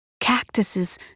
cactuses